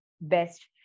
best